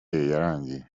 yarangiye